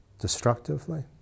destructively